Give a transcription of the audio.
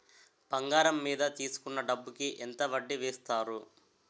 బంగారం మీద తీసుకున్న డబ్బు కి ఎంత వడ్డీ వేస్తారు?